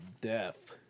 Death